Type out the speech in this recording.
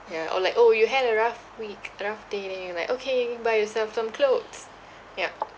ya or like orh you had a rough week rough day then you're like okay buy yourself some clothes yeah